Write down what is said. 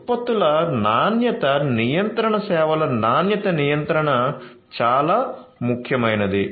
ఉత్పత్తుల నాణ్యత నియంత్రణ సేవల నాణ్యత నియంత్రణ చాలా ముఖ్యమైనది